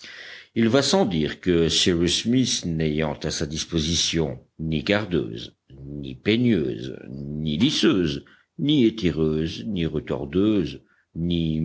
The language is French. il va sans dire que cyrus smith n'ayant à sa disposition ni cardeuses ni peigneuses ni lisseuses ni étireuses ni retordeuses ni